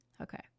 Okay